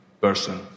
person